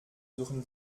suchen